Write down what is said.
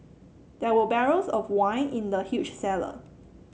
there were barrels of wine in the huge cellar